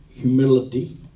humility